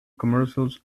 commercials